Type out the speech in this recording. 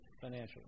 financially